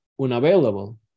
unavailable